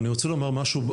אני רוצה לומר משהו,